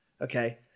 Okay